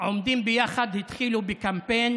"עומדים ביחד" התחילו בקמפיין